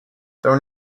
though